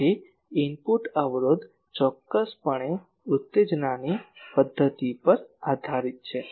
તેથી ઇનપુટ અવરોધ ચોક્કસપણે ઉત્તેજનાની પદ્ધતિ પર આધારિત છે